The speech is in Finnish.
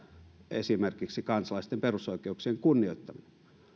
esimerkiksi kansalaisten perusoikeuksien kunnioittaminen